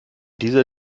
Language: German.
dieser